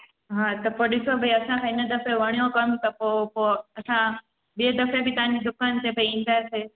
हा त पोइ ॾिसो भई असांखे हिन दफ़े वणियो कम त पोइ पोइ असां ॿिए दफ़े बि तव्हांजी दुकानु ते भई ईंदासीं